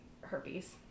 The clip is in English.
herpes